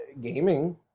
gaming